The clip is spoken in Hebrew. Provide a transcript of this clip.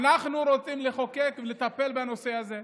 אבל אנחנו רוצים לחוקק ולטפל בנושא הזה.